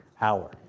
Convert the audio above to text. hour